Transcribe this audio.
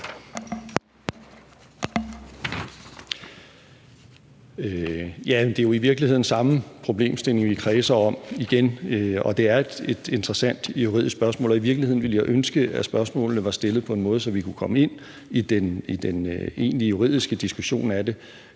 Det er jo i virkeligheden samme problemstilling, vi kredser om igen, og det er et interessant juridisk spørgsmål, og i virkeligheden ville jeg ønske, at spørgsmålene var stillet på en måde, så vi kunne komme ind i den egentlige juridiske diskussion af det